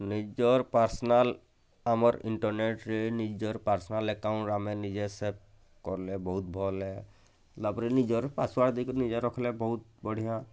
ନିଜର୍ ପର୍ସନାଲ୍ ଆମର ଇଣ୍ଟରନେଟ୍ରେ ନିଜର ପର୍ସନାଲ୍ ଆକାଉଣ୍ଟ୍ ଆମେ ନିଜେ ସେଭ୍ କଲେ ବହୁତ୍ ଭଲ୍ ହେ ତାପରେ ନିଜର ପାର୍ସୱାର୍ଡ଼ ଦେଇ କି ନିଜର ରଖିଲେ ବହୁତ୍ ବଢ଼ିଆ